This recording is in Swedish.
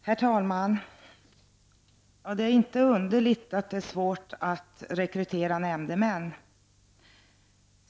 Herr talman! Det är inte så underligt att det är svårt att rekrytera nämndemän.